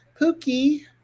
Pookie